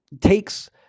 takes